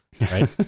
right